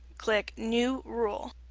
click new rule.